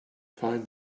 find